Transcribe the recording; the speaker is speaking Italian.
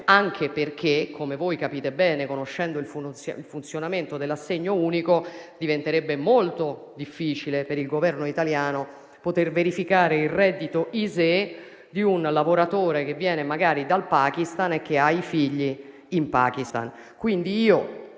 Anche perché, come capite bene, conoscendo il funzionamento dell'assegno unico, diventerebbe molto difficile per il Governo italiano verificare il reddito ISEE di un lavoratore che viene magari dal Pakistan e ha i figli lì. Intendo quindi